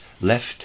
left